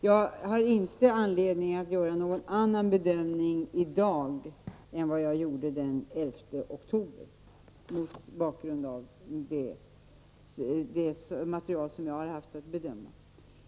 Jag har inte anledning att i dag göra någon annan bedömning än den jag gjorde den 11 oktober mot bakgrund av det material som jag hade att bedöma.